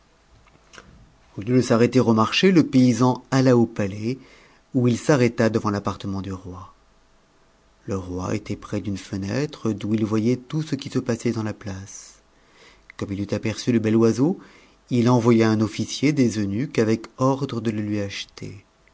au lieu de s'arrêter au marché le paysan alla au palais où il s'arrêta devant l'appartement du roi le roi était près d'une fenêtre d'où il voy tout ce qui se passait dans la place comme il eut aperçu le bel oise il envoya un officier des eunuques avec ordre de le lui acheter